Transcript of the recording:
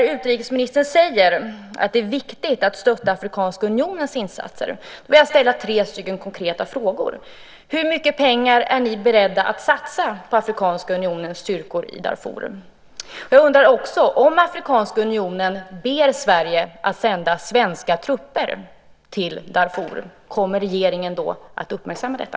Utrikesministern säger att det är viktigt att stötta Afrikanska unionens insatser. Då vill jag ställa ett par konkreta frågor: Hur mycket pengar är ni beredda att satsa på Afrikanska unionens styrkor i Darfur? Jag undrar också: Om Afrikanska unionen ber Sverige att sända svenska trupper till Darfur, kommer regeringen då att uppmärksamma detta?